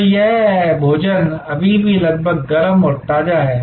तो यह है कि भोजन अभी भी लगभग गर्म और ताजा है